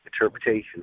interpretation